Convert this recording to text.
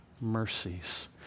mercies